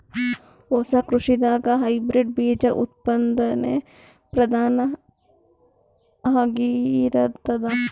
ಹೊಸ ಕೃಷಿದಾಗ ಹೈಬ್ರಿಡ್ ಬೀಜ ಉತ್ಪಾದನೆ ಪ್ರಧಾನ ಆಗಿರತದ